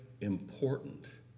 important